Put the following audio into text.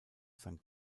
sank